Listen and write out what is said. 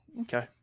okay